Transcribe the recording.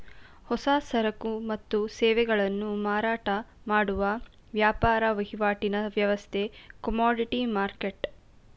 ಹೊಸ ಸರಕು ಮತ್ತು ಸೇವೆಗಳನ್ನು ಮಾರಾಟ ಮಾಡುವ ವ್ಯಾಪಾರ ವಹಿವಾಟಿನ ವ್ಯವಸ್ಥೆ ಕಮೋಡಿಟಿ ಮರ್ಕೆಟ್